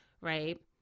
right